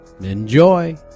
Enjoy